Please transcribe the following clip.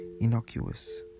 Innocuous